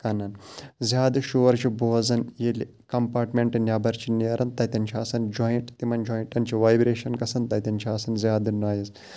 کَنَن زیادٕ شور چھُ بوزان ییٚلہِ کَمپاٹمٮ۪نٛٹ نٮ۪بَر چھِ نیران تَتٮ۪ن چھِ آسان جایِنٛٹ تِمَن جایِنٛٹَن چھِ وایِبریشَن گَژھان تَتٮ۪ن چھِ آسان زیادٕ نایِز